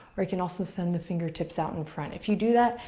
or you can also send the fingertips out in front. if you do that,